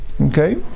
Okay